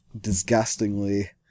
disgustingly